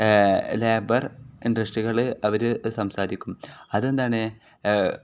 labour ഇൻഡസ്ട്രികൾ അവർ സംസാരിക്കും അതെന്താണ്